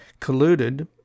colluded